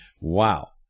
Wow